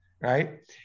right